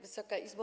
Wysoka Izbo!